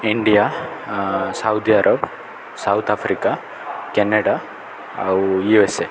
India Saudi Arab South Africa Canada ଆଉ USA